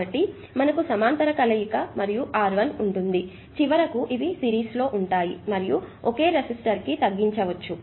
కాబట్టి మనకు సమాంతర కలయిక మరియు R1 ఉంటుంది చివరకు ఇవి సిరీస్లో ఉంటాయి మరియు ఓకే రెసిస్టర్కి తగ్గించవచ్చు